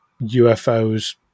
UFOs